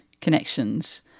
connections